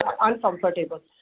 uncomfortable